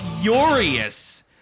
furious